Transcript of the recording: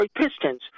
Pistons